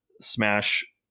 smash